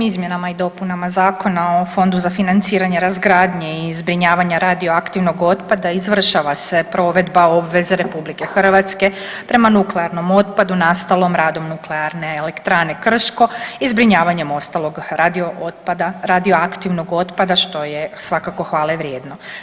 Ovim izmjenama i dopunama Zakona o fondu za financiranje razgradnje i zbrinjavanja radioaktivnog otpada izvršava se provedba obveze RH prema nuklearnom otpadu nastalom radom Nuklearne elektrane Krško i zbrinjavanjem ostalog radioaktivnog otpada, što je svakako hvale vrijedno.